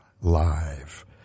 live